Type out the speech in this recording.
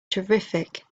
terrific